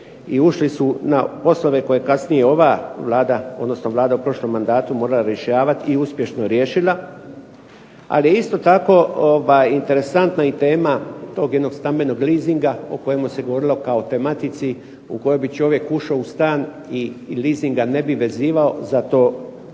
ušli su na poslove koje je kasnije ova Vlada, odnosno Vlada u prošlom mandatu morala rješavati i uspješno riješila. Ali je isto tako interesantna tema tog jednog stambenog lizinga o kojem se govorilo kao tematici u kojoj bi čovjek ušao u stan i lizing ga ne bi vezivao za to mjesto